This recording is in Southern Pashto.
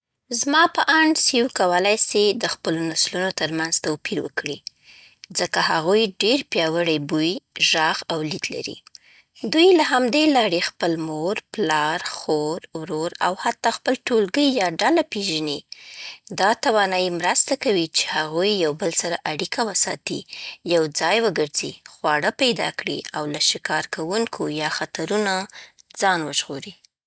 زما په اند سیو کولی سي د خپلو نسلونو ترمنځ توپیر وکړي، ځکه هغوی ډېر پیاوړی بوی، ږغ او لید لري. دوی له همدې لارې خپل مور، پلار، خور، ورور، او حتی خپل ټولګي یا ډله پېژني. دا توانایي مرسته کوي چې هغوی یو بل سره اړیکه وساتي، یو ځای وګرځي، خواړه پیدا کړي، او له ښکار کوونکو یا خطرونو ځان وژغوري.